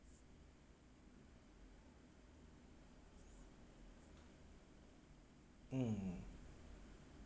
mm